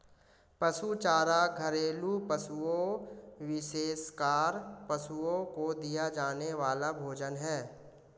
पशु चारा घरेलू पशुओं, विशेषकर पशुओं को दिया जाने वाला भोजन है